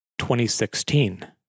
2016